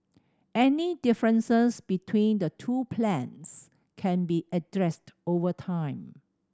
any differences between the two plans can be addressed over time